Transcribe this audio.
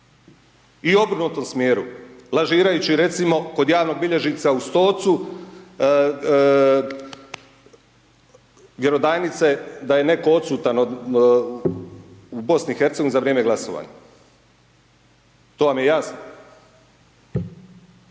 u obrnutom smjeru, lažirajući, recimo, kod javnog bilježnika u Stocu vjerodajnice da je netko odsutan u BiH za vrijeme glasovanja, to vam je jasno.